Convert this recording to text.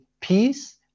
peace